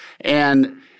And-